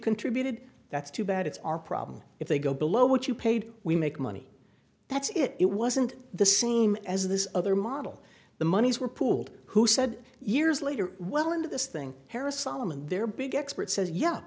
contributed that's too bad it's our problem if they go below what you paid we make money that's it it wasn't the same as this other model the monies were pooled who said years later well into this thing harris solomon their big expert says yeah